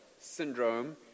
syndrome